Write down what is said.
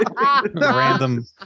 Random